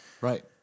Right